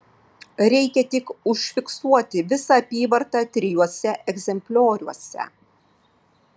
reikia tik užfiksuoti visą apyvartą trijuose egzemplioriuose